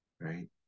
right